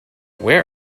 where